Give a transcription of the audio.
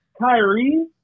Kyrie